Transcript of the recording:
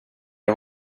jag